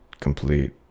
complete